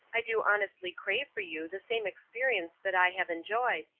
i do honestly crave for you the same experience that i have enjoyed,